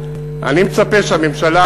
אני מצפה שהממשלה